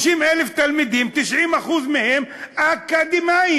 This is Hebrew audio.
30,000 תלמידים, 90% מהם אקדמאים.